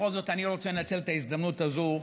בכל זאת אני רוצה לנצל את ההזדמנות הזו.